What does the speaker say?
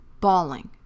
bawling